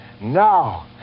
Now